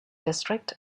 district